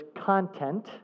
content